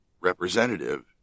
representative